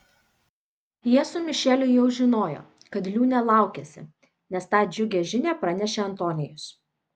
jie su mišeliu jau žinojo kad liūnė laukiasi nes tą džiugią žinią pranešė antonijus